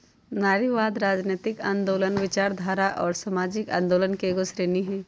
नारीवाद, राजनयतिक आन्दोलनों, विचारधारा औरो सामाजिक आंदोलन के एगो श्रेणी हइ